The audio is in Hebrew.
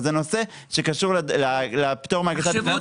אבל זה נושא שקשור לפטור מהגשת --- תחשבו,